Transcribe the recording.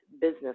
business